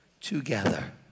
Together